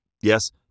Yes